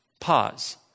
Pause